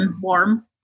warm